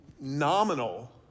nominal